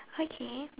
hi Kane